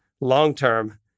long-term